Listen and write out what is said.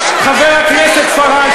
חברת הכנסת פארן,